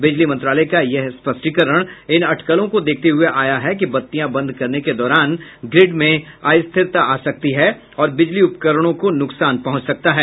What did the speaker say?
बिजली मंत्रालय का यह स्पष्टीकरण इन अटकलों को देखते हुए आया है कि बत्तियां बंद करने के दौरान ग्रिड में अस्थिरता आ सकती है और बिजली उपकरणों को नुकसान पहुंच सकता है